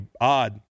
odd